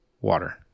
water